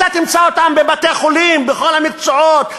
אתה תמצא אותם בבתי-חולים בכל המקצועות,